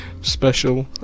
special